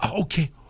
Okay